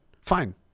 Fine